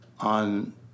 on